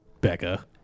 becca